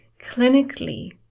clinically